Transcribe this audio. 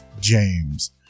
James